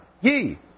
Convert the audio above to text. ye